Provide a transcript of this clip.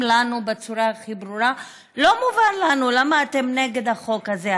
לנו בצורה הכי ברורה: לא מובן לנו למה אתם נגד החוק הזה,